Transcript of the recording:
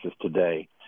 today